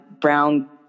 brown